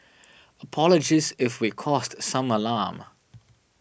apologies if we caused some alarm